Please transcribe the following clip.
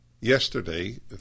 yesterday